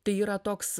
tai yra toks